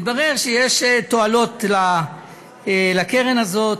והתברר שיש תועלות לקרן הזאת.